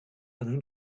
可能